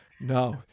No